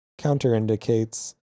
counterindicates